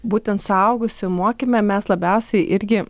būtent suaugusių mokyme mes labiausiai irgi